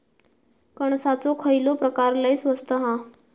कणसाचो खयलो प्रकार लय स्वस्त हा?